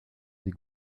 des